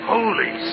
Holy